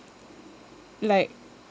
like